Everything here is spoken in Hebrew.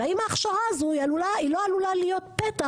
והאם ההכשרה הזו היא לא עלולה להיות פתח